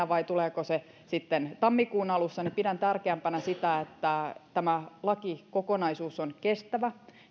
vai tuleeko se sitten tammikuun alussa pidän sitä että tämä lakikokonaisuus on kestävä